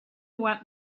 went